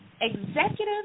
Executive